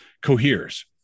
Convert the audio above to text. coheres